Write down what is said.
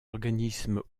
organismes